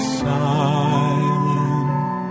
silent